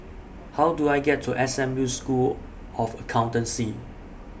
How Do I get to S M U School of Accountancy